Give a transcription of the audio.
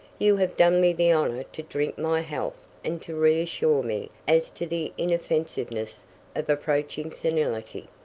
you have done me the honor to drink my health and to reassure me as to the inoffensiveness of approaching senility.